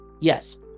Yes